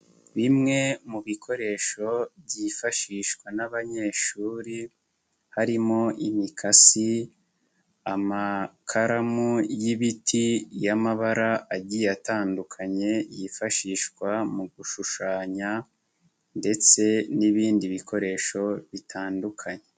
Bimwe mu bikoresho byifashishwa n'abanyeshuri harimo imikasi, amakaramu y'ibiti y'amabara agiye atandukanye yifashishwa mu gushushanya ndetse n'ibindi bikoresho bitandukanye.